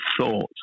thought